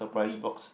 Beats